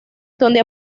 donde